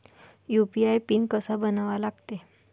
UPI PIN कसा बनवा लागते?